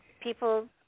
people